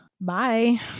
bye